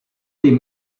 dem